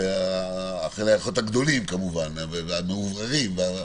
גני החיות הגדולים והמאווררים כמובן.